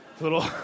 Little